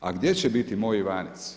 A gdje će biti moj Ivanec?